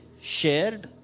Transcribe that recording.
shared